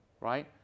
right